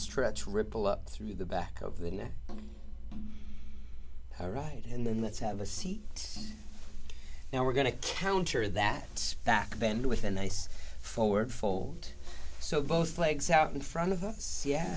stretch ripple up through the back of the neck right and then let's have a seat now we're going to counter that back bend with a nice forward fold so both legs out in front of the